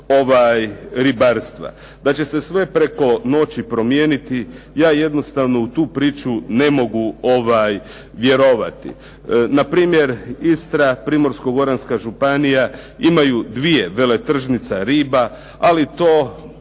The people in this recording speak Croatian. Da će se sve preko noći promijeniti, ja jednostavno u tu priču ne mogu vjerovati. Npr. Istra, Primorsko-goranska županija imaju dvije veletržnice riba, ali to